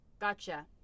Gotcha